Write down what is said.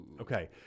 Okay